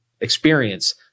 experience